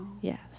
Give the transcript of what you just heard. Yes